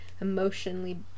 emotionally